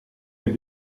est